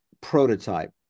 prototype